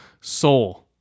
Soul